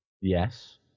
Yes